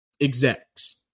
execs